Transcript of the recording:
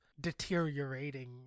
deteriorating